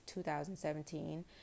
2017